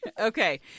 Okay